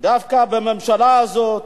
דווקא בממשלה הזאת,